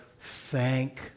Thank